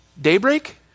Daybreak